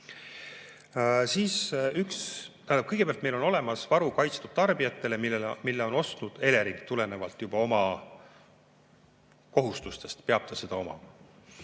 iganes. Kõigepealt meil on olemas varu kaitstud tarbijatele, mille on ostnud Elering, tulenevalt juba oma kohustustest peab ta seda omama.